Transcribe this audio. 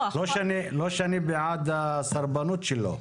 לא שאני בעד הסרבנות שלו.